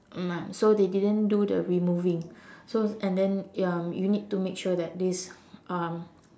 mm ah so they didn't do the removing so and then ya you need to make sure that this um